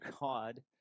God